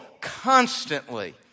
constantly